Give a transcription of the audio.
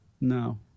No